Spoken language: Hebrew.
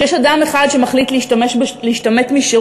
כשיש אדם אחד שמחליט להשתמט משירות,